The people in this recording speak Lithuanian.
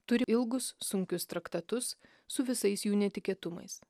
turi ilgus sunkius traktatus su visais jų netikėtumais